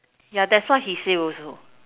yeah that's what he say also